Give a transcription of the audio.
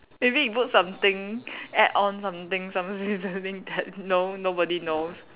maybe you put something add on something some seasoning that no~ nobody knows